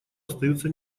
остаются